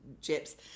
chips